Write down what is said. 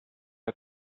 are